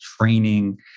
training